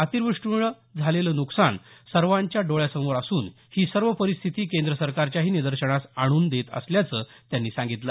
अतिवृष्टीमुळे झालेलं नुकसान सर्वांच्या डोळ्यासमोर असून ही सर्व परिस्थिती केंद्र सरकारच्याही निदर्शनास आणून देत असल्याचं त्यांनी सांगितलं